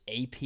AP